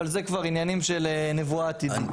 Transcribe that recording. אבל זה כבר עניינים של נבואה עתידית.